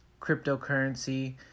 cryptocurrency